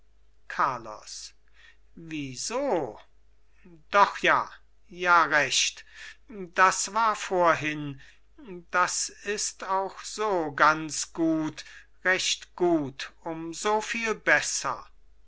carlos wieso doch ja ja recht das war vorhin das ist auch so ganz gut recht gut um so viel besser